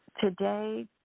Today